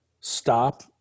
stop